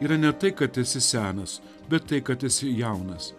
yra ne tai kad esi senas bet tai kad esi jaunas